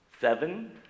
Seven